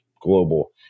global